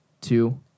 two